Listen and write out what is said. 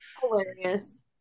Hilarious